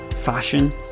Fashion